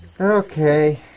Okay